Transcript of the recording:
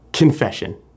Confession